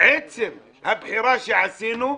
עצם הבחירה שעשינו,